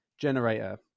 Generator